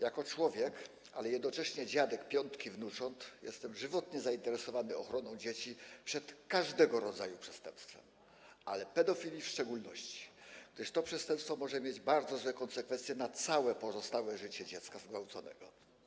Jako człowiek, ale i jednocześnie dziadek piątki wnucząt jestem żywotnie zainteresowany ochroną dzieci przed każdego rodzaju przestępstwem, ale pedofilii w szczególności, gdyż to przestępstwo może mieć bardzo złe konsekwencje w odniesieniu do całego pozostałego życia dziecka zgwałconego.